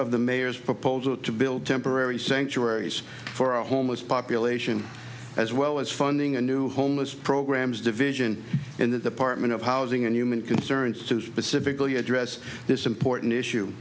of the mayor's proposal to build temporary sanctuaries for a homeless population as well as funding a new homeless programs division in the department of housing and human concerns to specifically address this important issue